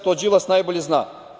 To Đilas najbolje zna.